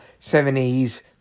70s